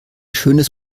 schönes